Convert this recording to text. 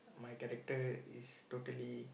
my character is totally